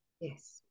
Yes